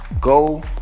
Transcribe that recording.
go